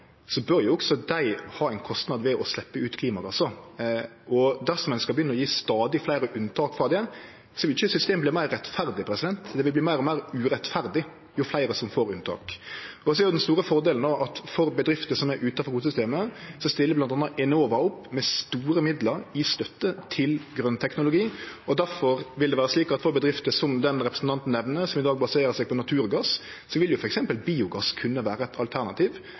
også bør ha ein kostnad ved å sleppe ut klimagassar. Dersom ein skal begynne å gje stadig fleire unntak frå det, vil ikkje systemet verte meir rettferdig. Det vil verte meir og meir urettferdig jo fleire som får unntak. Den store fordelen for bedrifter som er utanfor kvotesystemet, er jo at bl.a. Enova stiller opp med store midlar i støtte til grøn teknologi. Difor vil det vere slik at for bedrifter som den representanten Halleland nemner, som i dag baserer seg på naturgass, vil f.eks. biogass kunne vere eit alternativ.